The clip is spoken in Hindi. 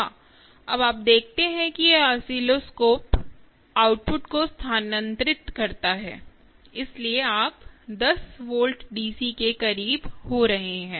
हाँ अब आप देखते हैं कि यह आस्सीलस्कोप आउटपुट को स्थानांतरित करता है इसलिए आप 10 वोल्ट डीसी के करीब हो रहे हैं